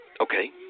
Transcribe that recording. Okay